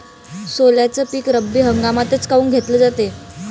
सोल्याचं पीक रब्बी हंगामातच काऊन घेतलं जाते?